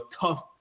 Tough